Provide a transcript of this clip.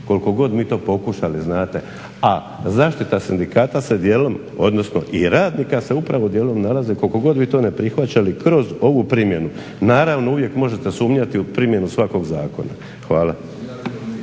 koliko god mi to pokušali, znate. A zaštita sindikata se dijelom, odnosno i radnika se upravo dijelom nalaze koliko god vi to ne prihvaćali kroz ovu primjenu. Naravno, uvijek možete sumnjati u primjenu svakog zakona. Hvala.